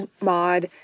Mod